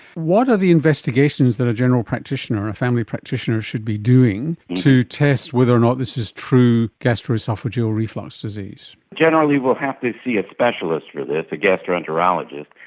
what are the investigations that a general practitioner, a family practitioner should be doing to test whether or not this is true gastro-oesophageal reflux disease? generally we will have to see a specialist for this, a gastroenterologist.